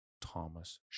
Thomas